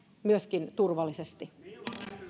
myöskin vanheta turvallisesti